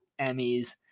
Emmys